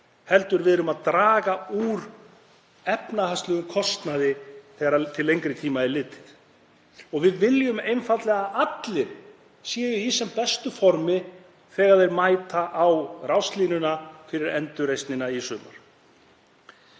heldur séum við að draga úr efnahagslegum kostnaði þegar til lengri tíma er litið. Við viljum einfaldlega að allir séu í sem bestu formi þegar þeir mæta á ráslínuna fyrir endurreisnina í sumar.